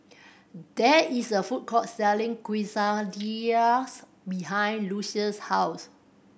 there is a food court selling Quesadillas behind Lucious' house